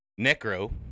necro